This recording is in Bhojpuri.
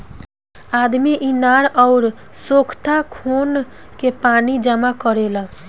आदमी इनार अउर सोख्ता खोन के पानी जमा करेला